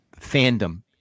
fandom